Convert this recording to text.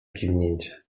kiwnięcie